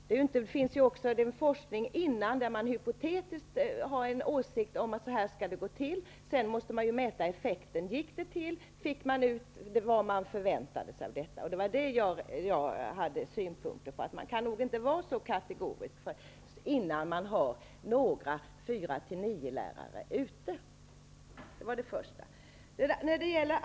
Det finns även forskning som innebär att man hypotetiskt har en åsikt om att det skall gå till på ett visst sätt. Sedan måste man mäta effekten av detta och om man fick ut det som man förväntade sig. Det var det som jag hade synpunkter på, att man nog inte kan vara så kategorisk innan man har några lärare med inriktning mot årskurserna 4--9 ute.